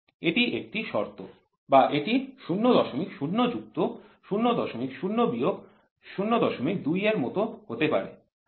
এটি একটি শর্ত বা এটি ০০ যুক্ত ০০ বিয়োগ ০২ এর মতো হতে পারে